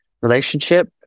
relationship